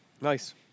Nice